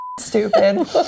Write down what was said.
stupid